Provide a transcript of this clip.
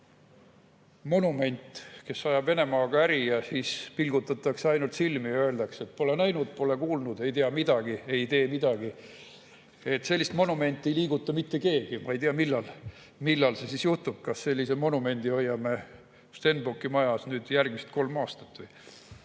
"monument", kes ajab Venemaaga äri – pilgutatakse ainult silmi ja öeldakse, et pole näinud, pole kuulnud, ei tea midagi, ei tee midagi. Sellist "monumenti" ei liiguta mitte keegi. Ma ei tea, millal see juhtub. Kas sellise "monumendi" hoiame Stenbocki majas nüüd järgmised kolm aastat, mis